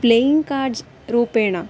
playing cards रूपेण